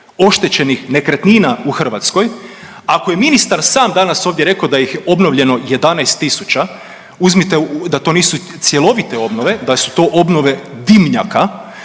oštećenih nekretnina u Hrvatskoj, ako je ministar sam danas ovdje rekao da ih je obnovljeno 11 tisuća, uzmite da to nisu cjelovite obnove, da su to obnove dimnjaka